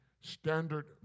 standard